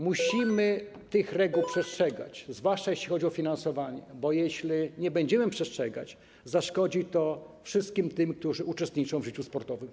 Musimy tych reguł przestrzegać, zwłaszcza jeśli chodzi o finansowanie, bo jeśli nie będziemy ich przestrzegać, zaszkodzi to wszystkim tym, którzy uczestniczą w życiu sportowym.